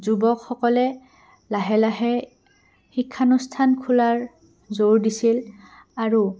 যুৱকসকলে লাহে লাহে শিক্ষানুষ্ঠান খোলাৰ জোৰ দিছিল আৰু